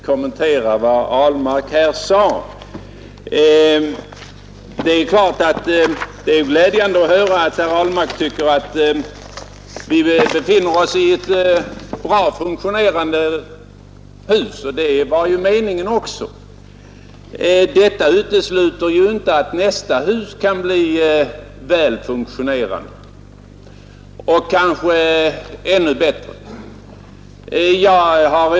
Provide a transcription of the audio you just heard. Herr talman! Låt mig bara helt kort få kommentera vad herr herr Ahlmark sade. Det är naturligtvis glädjande att höra att herr Ahlmark tycker att vi befinner oss i ett väl funktionerande hus — det var ju också meningen att det skulle bli sådant. Detta utesluter emellertid inte möjligheten att nästa hus kan bli väl funktionerande och kanske ännu bättre än det nuvarande.